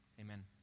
Amen